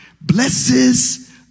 blesses